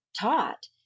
taught